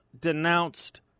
denounced